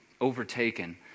overtaken